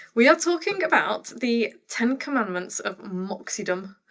we are talking about the ten commandments of moxiedom,